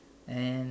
and